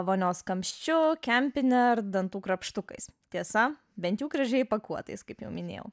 vonios kamščiu kempine ar dantų krapštukais tiesa bent jau gražiai įpakuotais kaip jau minėjau